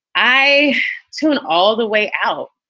i tune all the way out.